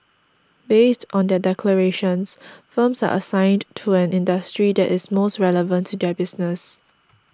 based on their declarations firms are assigned to an industry that is most relevant to their business